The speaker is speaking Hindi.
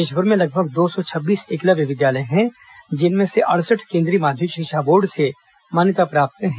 देशभर में लगभग दो सौ छब्बीस एकलव्य विद्यालय हैं जिनमें से अड़सठ केन्द्रीय माध्यमिक शिक्षा बोर्ड से मान्यता प्राप्त हैं